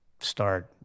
start